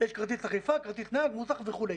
יש כרטיס עקיפה, כרטיס נהג, מוסך וכו'.